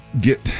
Get